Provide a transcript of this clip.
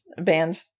band